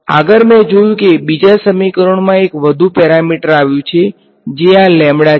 આગળ મેં જોયું કે બીજા સમીકરણમાં એક વધુ પેરામીટર આવ્યું છે જે આ લેમ્બડા છે